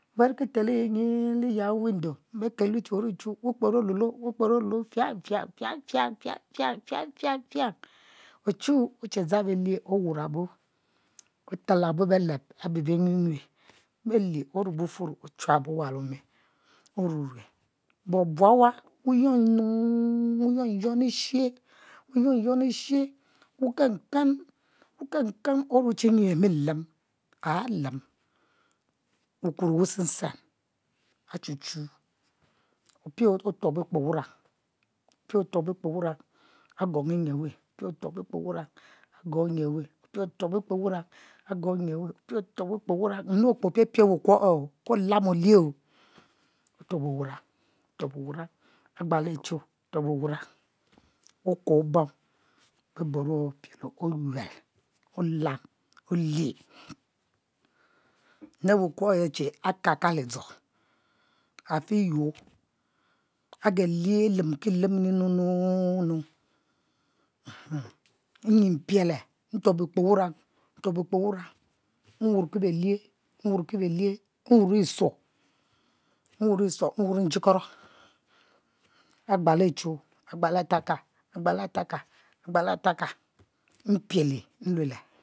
Beri ki telo nyi liya window beke lo che we ori chu wu kper oluelo wu kper oluelo fiang fiang fiang fiang fiang fiang ovhu oche dzang belie owarabo otelabo beleb abe benyue yue behe, oreb wufuoro ochuabo wa leone oru rue but baawa wu yuong nunu lishe wu young lishe wu ken ken obuo che nyi ami lem alemu, wukuro wusen sen achu chu opie otuo kpo wurang opie otoub wu kpor wurang agong anyienwe opie otuob ikpo wurang agong anyie we nde okpe opie piel wukuo e'ke olam olie o'otuobo wurang agba lo achuo okuo bom beborue opie lo oyuel olam olie ne bikuo e'che akaka lidzo afi yuo age lie ale ki lemu mu nu nu nyi mpiele e' ntuobo ikp wurang ntuobo kpo wurang wurki belie nwriki belie nwuro isuo nwuro isuo nwuro nji koro gbalo achuo agbalo atabka agbalo atabta mpiele nluele